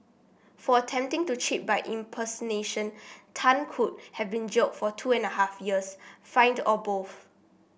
for attempting to cheat by impersonation Tan could have been jailed for two and a half years fined or both